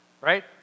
right